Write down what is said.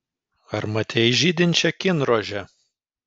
ar matei žydinčią kinrožę